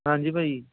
ਹਾਂਜੀ ਭਾਅ ਜੀ